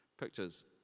pictures